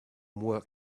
work